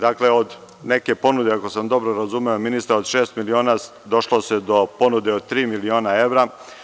Dakle, od neke ponude, ako sam dobro razumeo ministra, od šest miliona, došlo se do ponude od tri miliona evra.